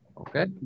Okay